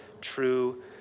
true